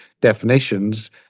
definitions